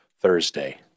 Thursday